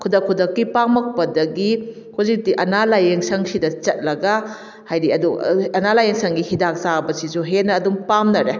ꯈꯨꯗꯛ ꯈꯨꯗꯛꯀꯤ ꯄꯥꯝꯂꯛꯄꯗꯒꯤ ꯍꯧꯖꯤꯛꯇꯤ ꯑꯅꯥ ꯂꯥꯏꯌꯦꯡ ꯁꯪꯁꯤꯗ ꯆꯠꯂꯒ ꯍꯥꯏꯗꯤ ꯑꯗꯣ ꯑꯅꯥ ꯂꯥꯏꯌꯦꯡ ꯁꯪꯒꯤ ꯍꯤꯗꯥꯛ ꯆꯥꯕꯁꯤꯁꯨ ꯍꯦꯟꯅ ꯑꯗꯨꯝ ꯄꯥꯝꯅꯔꯦ